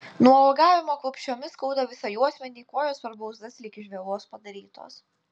nuo uogavimo klupsčiomis skauda visą juosmenį kojos per blauzdas lyg iš vielos padarytos